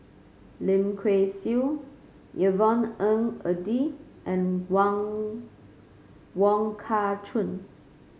Lim Kay Siu Yvonne Ng Uhde and Wong Wong Kah Chun